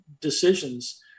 decisions